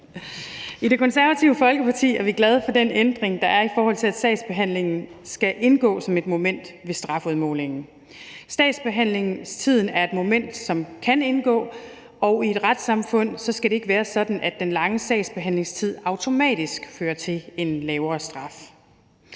I Det Konservative Folkeparti er vi glade for den ændring, der er, i forhold til at sagsbehandlingen skal indgå som et moment ved strafudmålingen. Sagsbehandlingstiden er et moment, som kan indgå, og i et retssamfund skal det ikke være sådan, at den lange sagsbehandlingstid automatisk fører til en lavere straf.